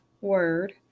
word